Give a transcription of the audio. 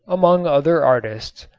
among other artists,